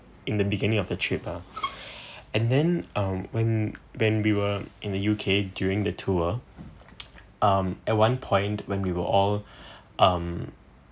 in the beginning of the trip ah and then um when when we were in the U_K during the tour um at one point when we were all um